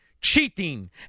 cheating